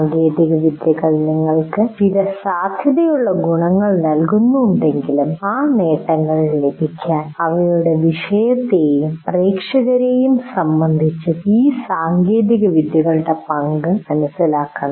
സാങ്കേതികവിദ്യകൾ നിങ്ങൾക്ക് ചില സാധ്യതയുള്ള ഗുണങ്ങൾ നൽകുന്നുണ്ടെങ്കിലും ആ നേട്ടങ്ങൾ ലഭിക്കാൻ അവരുടെ വിഷയത്തെയും പ്രേക്ഷകരെയും സംബന്ധിച്ച് ഈ സാങ്കേതികവിദ്യകളുടെ പങ്ക് മനസിലാക്കണം